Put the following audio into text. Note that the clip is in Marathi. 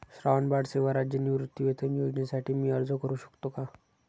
श्रावणबाळ सेवा राज्य निवृत्तीवेतन योजनेसाठी मी अर्ज करू शकतो का?